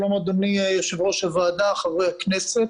שלום, אדוני יושב ראש הוועדה, חברי הכנסת,